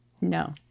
No